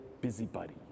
busybody